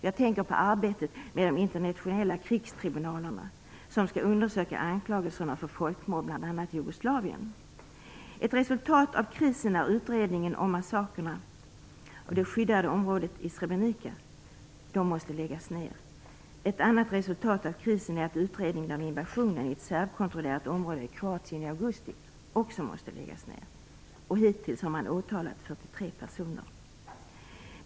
Jag tänker på arbetet med de internationella krigstribunalerna som skall undersöka anklagelserna om folkmord bl.a. i f.d. Ett resultat av krisen är utredningen om massakerna i det skyddade området i Srebrenica. Den måste läggas ned. Ett annat resultat av krisen är att utredningen om invasionen av ett serbkontrollerat område i Kroatien i augusti också måste läggas ned. Hittills har man åtalat 43 personer.